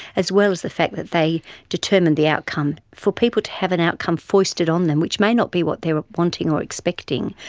as well as the fact that they determine the outcome. for people to have an outcome foisted on them, which may not be what they're wanting or expecting,